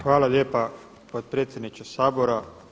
Hvala lijepa potpredsjedniče Sabora.